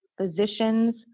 physicians